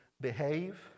behave